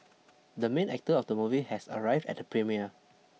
the main actor of the movie has arrived at the premiere